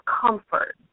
comfort